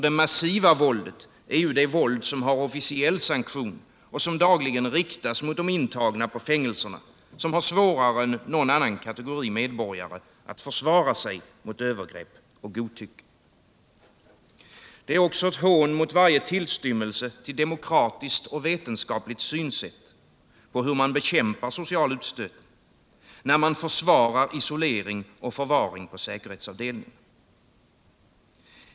Det massiva våldet är ju det våld som har officiell sanktion och som dagligen riktas mot de intagna på fängelserna, som har svårare än någon annan kategori medborgare att försvara sig mot övergrepp och godtycke. Det är ett hån mot varje tillstymmelse till demokratiskt och vetenskapligt synsätt när det gäller hur man bekämpar social utstötning, när man försvarar isolering och förvaring på säkerhetsavdelningar.